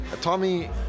Tommy